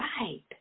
right